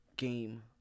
Game